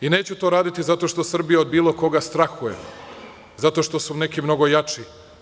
Neću to raditi zato što Srbija od bilo koga strahuje, zato su neki mnogo jači.